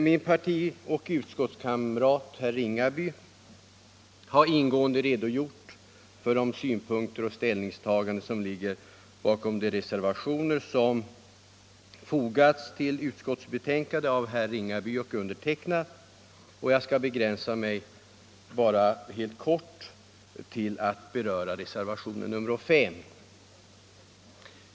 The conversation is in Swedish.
Min partioch utskottskamrat herr Ringaby har ingående redogjort för de synpunkter och ställningstaganden som ligger bakom de reservationer som fogats till utskottets betänkande av herr Ringaby och mig, och jag skall begränsa mig till att helt kort beröra reservationen 5.